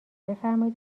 بفرمایید